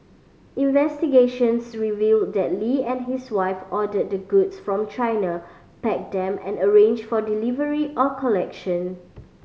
investigations revealed that Lee and his wife ordered the goods from China packed them and arranged for delivery or collection